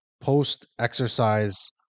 post-exercise